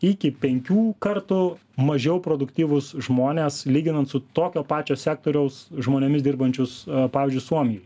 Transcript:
iki penkių kartų mažiau produktyvūs žmonės lyginant su tokio pačio sektoriaus žmonėmis dirbančius pavyzdžiui suomijoj